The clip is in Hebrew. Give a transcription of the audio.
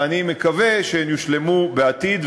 ואני מקווה שהן יושלמו בעתיד.